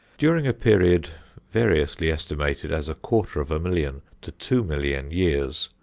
during a period variously estimated as a quarter of a million to two million years,